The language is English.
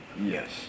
yes